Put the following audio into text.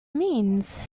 means